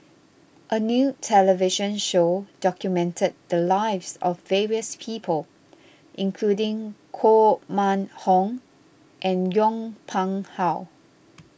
a new television show documented the lives of various people including Koh Mun Hong and Yong Pung How